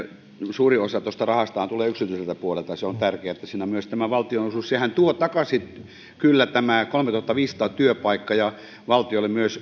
suurin osa tuosta rahastahan tulee yksityiseltä puolelta se on tärkeää että siinä on myös tämä valtion osuus sehän tuo kyllä takaisin kolmetuhattaviisisataa työpaikkaa ja valtiolle